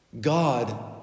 God